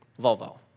Volvo